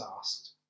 asked